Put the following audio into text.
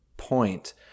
point